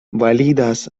validas